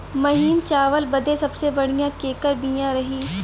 महीन चावल बदे सबसे बढ़िया केकर बिया रही?